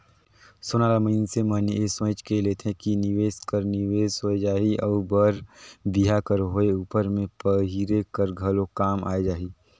सोना ल मइनसे मन ए सोंएच के लेथे कि निवेस कर निवेस होए जाही अउ बर बिहा कर होए उपर में पहिरे कर घलो काम आए जाही